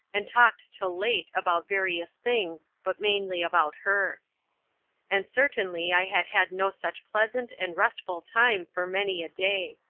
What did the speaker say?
and talked till late about various things, but mainly about her and certainly i had had no such pleasant and restful time for many a day.